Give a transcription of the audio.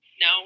No